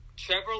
Trevor